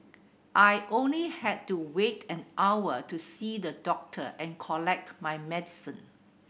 I only had to wait an hour to see the doctor and collect my medicine